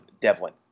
Devlin